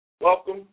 Welcome